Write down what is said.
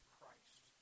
Christ